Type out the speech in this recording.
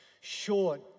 short